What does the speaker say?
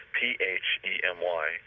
P-H-E-M-Y